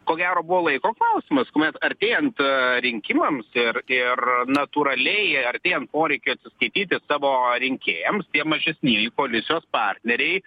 ko gero buvo laiko klausimas kuomet artėjant rinkimams ir ir natūraliai artėjant poreikiui atsiskaityti savo rinkėjams tie mažesnieji koalicijos partneriai